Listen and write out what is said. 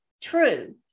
true